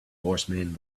horsemen